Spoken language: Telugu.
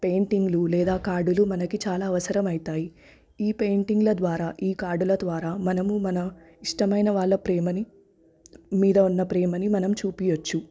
పెయింటింగ్లు లేదా కార్డులు మనకి చాల అవసరమయితాయి ఈ పెయింటింగ్ల ద్వారా ఈ కార్డుల ద్వారా మనము మన ఇష్టమయిన వాళ్ళ ప్రేమని మీద ఉన్న ప్రేమని మనం చూపీయవచ్చు